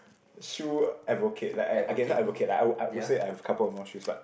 shoe advocate like okay not advocate like I I would say I've couple of more shoes but